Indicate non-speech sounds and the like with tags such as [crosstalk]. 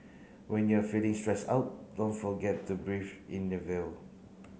when you are feeling stressed out don't forget to breathe in the [unintelligible]